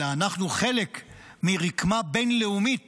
אלא אנחנו חלק מרקמה בין-לאומית